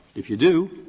if you do,